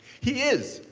he is.